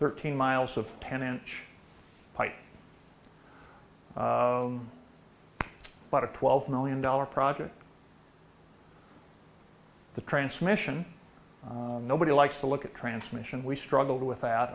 thirteen miles of ten inch pipe it's about a twelve million dollars project the transmission nobody likes to look at transmission we struggled with that